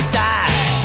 die